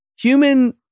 human